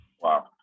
wow